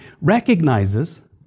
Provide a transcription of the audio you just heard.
recognizes